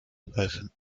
peasant